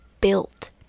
built